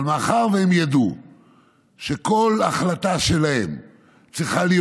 אבל מאחר שהם ידעו שכל החלטה שלהם צריכה להיות